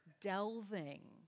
delving